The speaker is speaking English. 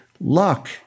Luck